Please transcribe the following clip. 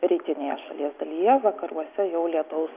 rytinėje šalies dalyje vakaruose jau lietaus